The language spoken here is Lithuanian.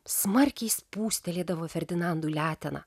smarkiai spūstelėdavo ferdinandui leteną